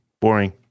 Boring